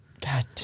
God